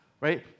Right